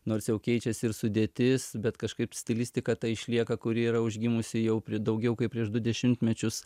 nors jau keičiasi ir sudėtis bet kažkaip stilistika išlieka kuri yra užgimusi jau pri daugiau kaip prieš du dešimtmečius